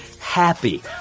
happy